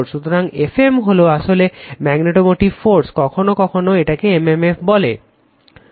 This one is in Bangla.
সুতরাং Fm হলো আসলে ম্যাগনেটোমোটিভ ফোর্স কখনো কখনো এটাকে m m f বলে